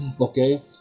okay